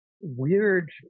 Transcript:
weird